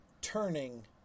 turning